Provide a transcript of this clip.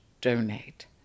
donate